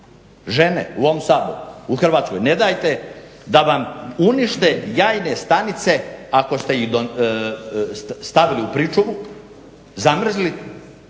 žene u ovom Saboru, u Hrvatskoj, ne dajte da vam unište jajne stanice ako ste ih stavili u pričuvu, zamrzli,